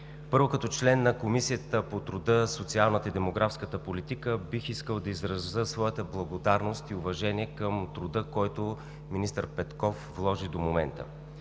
Първо, като член на Комисията по труда, социалната и демографската политика бих искал да изразя своята благодарност и уважение към труда, който министър Петков вложи до момента.